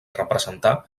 representà